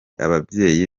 ababyeyi